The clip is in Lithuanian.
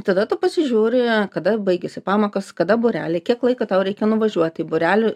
tada tu pasižiūri kada baigiasi pamokos kada būreliai kiek laiko tau reikia nuvažiuoti į būrelį